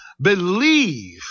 believe